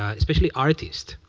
ah especially artists,